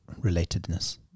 relatedness